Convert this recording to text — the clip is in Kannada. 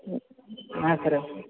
ಹ್ಞೂ ಹಾಂ ಸರ